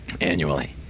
annually